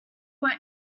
were